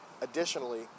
Additionally